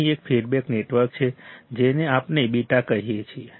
અહીં એક feedback network છે જેને આપણે β કહીએ છીએ